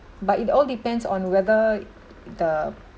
but it all depends on whether the